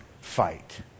fight